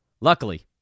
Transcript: Luckily